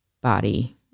body